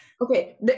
okay